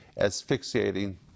asphyxiating